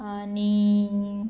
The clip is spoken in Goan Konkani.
आनी